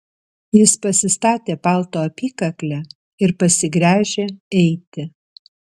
jis pasistatė palto apykaklę ir pasigręžė eiti